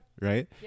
right